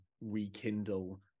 rekindle